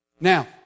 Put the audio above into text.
Now